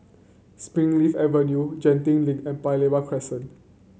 Springleaf Avenue Genting Link and Paya Lebar Crescent